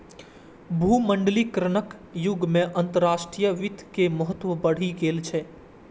भूमंडलीकरणक युग मे अंतरराष्ट्रीय वित्त के महत्व बढ़ि गेल छै